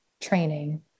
training